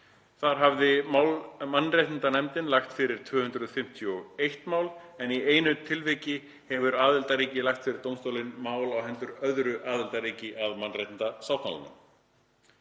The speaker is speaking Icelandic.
af hafði mannréttindanefndin lagt fyrir 251 mál, en í einu tilviki hefur aðildarríki lagt fyrir dómstólinn mál á hendur öðru aðildarríki að mannréttindasáttmálanum.